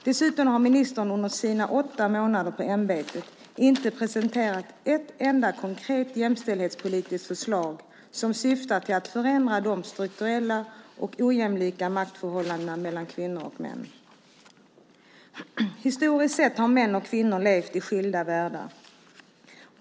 Dessutom har ministern under sina åtta månader i ämbetet inte presenterat ett enda konkret jämställdhetspolitiskt förslag som syftar till att förändra de strukturella och ojämlika maktförhållandena mellan kvinnor och män. Historiskt sett har män och kvinnor levt i skilda världar.